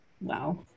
wow